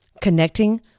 Connecting